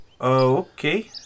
Okay